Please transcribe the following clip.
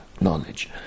knowledge